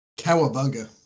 Cowabunga